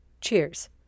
cheers